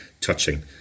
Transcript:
touching